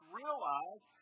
realize